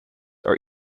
are